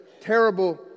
terrible